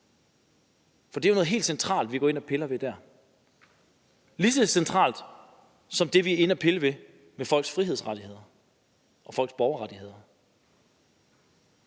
for det er jo noget helt centralt, vi går ind og piller ved her – lige så centralt som det, vi er inde at pille ved med folks frihedsrettigheder og folks borgerrettigheder.